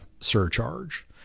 surcharge